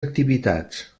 activitats